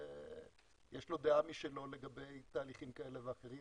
שיש לו דעה משלו לגבי תהליכים כאלה ואחרים,